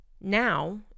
now